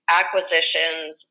acquisitions